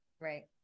Right